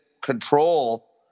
control